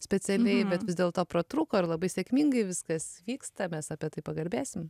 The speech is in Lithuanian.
specialiai bet vis dėlto pratrūko ir labai sėkmingai viskas vyksta mes apie tai pakalbėsim